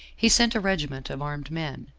he sent a regiment of armed men,